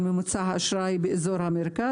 על ממוצע האשראי באזור המרכז,